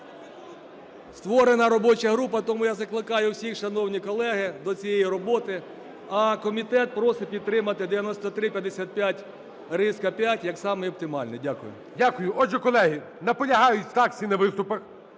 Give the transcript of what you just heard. Створена робоча група. Тому я закликаю всіх, шановні колеги, до цієї роботи, а комітет просить підтримати 9355-5 як самий оптимальний. Дякую. ГОЛОВУЮЧИЙ. Дякую. Отже, колеги, наполягають фракції на виступах.